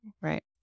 Right